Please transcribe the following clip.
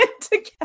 together